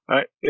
Right